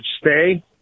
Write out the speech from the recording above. stay